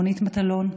רונית מטלון,